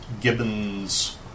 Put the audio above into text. Gibbon's